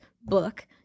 book